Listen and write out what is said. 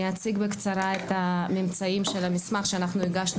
אני אציג בקצרה את הממצאים של המסמך שאנחנו הגשנו